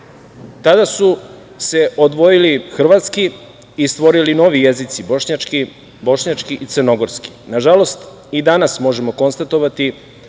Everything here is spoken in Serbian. Tada su se odvojili hrvatski i stvorili novi jezici, bošnjački i crnogorski. Nažalost i danas možemo konstatovati